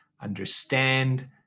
Understand